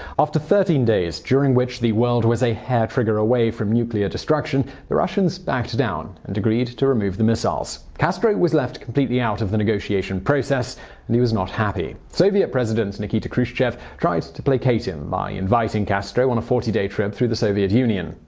after thirteen days, during the world was a hair trigger away from nuclear destruction, the russians backed down and agreed to remove the missiles. castro was left completely out of the negotiation process and he was not happy. soviet president nikita khrushchev tried to placate him by inviting castro on a forty day trip through the soviet union.